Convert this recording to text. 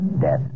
death